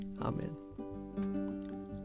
Amen